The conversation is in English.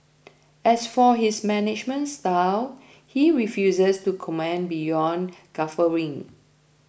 as for his management style he refuses to comment beyond guffawing